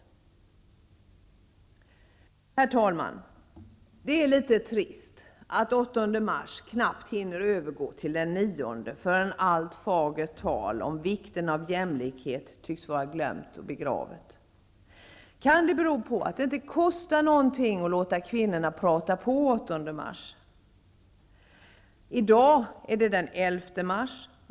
Herr talman! Det är litet trist att den 8 mars knappt hinner övergå till den 9 mars förrän allt fagert tal om vikten av jämlikhet tycks glömt och begravet. Kan det bero på att det inte kostar någonting att låta kvinnorna prata den 8 mars? I dag är det den 11 mars.